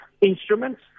instruments